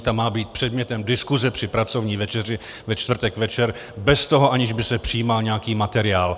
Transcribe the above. Ta má být předmětem diskuse při pracovní večeři ve čtvrtek večer bez toho, aniž by se přijímal nějaký materiál.